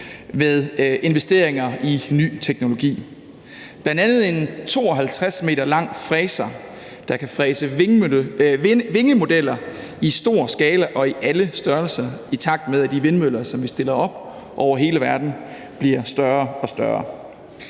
med investeringer i ny teknologi, bl.a. en 52 m lang fræser, der kan fræse vingemodeller i stor skala og i alle størrelser, i takt med at de vindmøller, som vi stiller op over hele verden, bliver større og større.